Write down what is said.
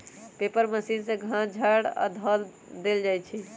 paper machine में घास झाड़ ध देल जाइ छइ